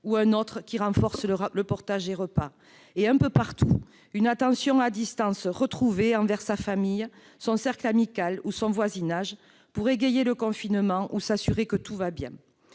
; un autre qui renforce le portage des repas ; un peu partout, une attention à distance retrouvée envers sa famille, son cercle amical ou son voisinage, pour égayer le confinement ou s'assurer que tout va bien.